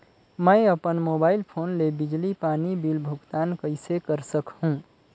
मैं अपन mobile phone ले बिजली पानी बिल भुगतान कइसे कर सकहुं?